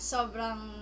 Sobrang